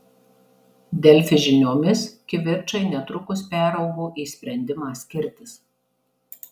delfi žiniomis kivirčai netrukus peraugo į sprendimą skirtis